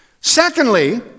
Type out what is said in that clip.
Secondly